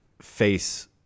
face